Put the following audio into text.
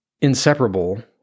inseparable